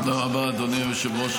תודה רבה, אדוני היושב-ראש.